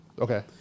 Okay